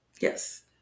Yes